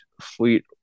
fleet